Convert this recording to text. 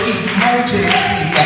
emergency